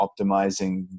optimizing